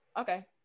Okay